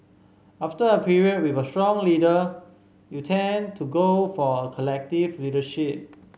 after a period with a strong leader you tend to go for a collective leadership